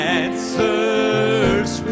answers